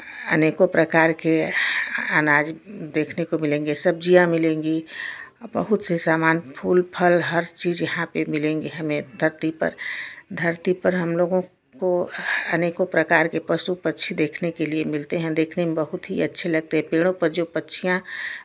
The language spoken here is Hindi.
अनेको प्रकार के अनाज देखने को मिलेंगे सब्जियां मिलेंगी बहुत से सामान फूल फल हर चीज़ यहाँ पे मिलेंगे हमें धरती पर धरती पर हमलोगों को अनेकों प्रकार के पशु पक्षी देखने के लिए मिलते हैं देखने में बहुत ही अच्छे लगते पेड़ों पर जो पक्षियाँ